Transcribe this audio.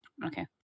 Okay